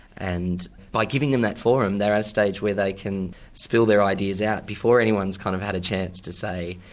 and by giving them that forum they're at a stage where they can spill their ideas out before anyone's kid kind of had a chance to say,